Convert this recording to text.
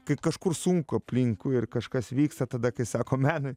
kaip kažkur sunku aplinkui ir kažkas vyksta tada kai sako menui